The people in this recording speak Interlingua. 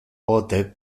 pote